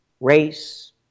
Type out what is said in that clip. race